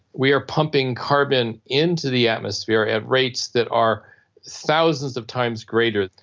we are pumping carbon into the atmosphere at rates that are thousands of times greater.